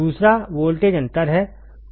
दूसरा वोल्टेज अंतर है